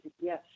yes